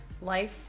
life